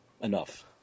enough